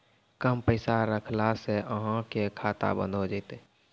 कम पैसा रखला से अहाँ के खाता बंद हो जैतै?